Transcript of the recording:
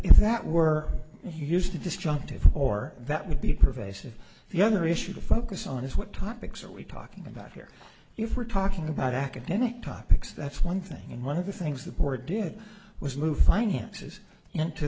if that were used to destructive or that would be pervasive the other issue to focus on is what topics are we talking about here if we're talking about academic topics that's one thing and one of the things the board did was move finances into